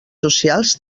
socials